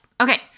Okay